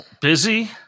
Busy